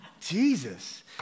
Jesus